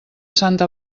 santa